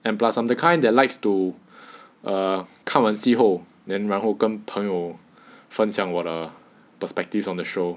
and plus I'm the kind that likes to uh 看完戏后 then 然后跟我的朋友分享我的 perspectives on the show